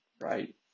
right